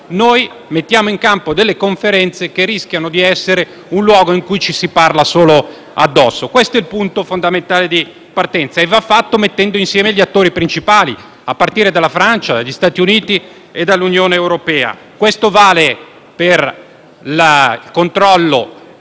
noi mettiamo in campo delle conferenze che rischiano di essere un luogo in cui ci si parla solo addosso. Questo è il punto fondamentale di partenza e va fatto mettendo insieme gli attori principali, a partire dalla Francia, dagli Stati Uniti e dall'Unione europea. Questo vale per il controllo